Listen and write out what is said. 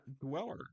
dweller